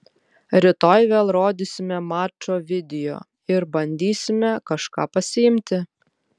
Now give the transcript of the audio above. rytoj vėl rodysime mačo video ir bandysime kažką pasiimti